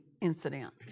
incident